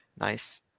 Nice